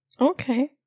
Okay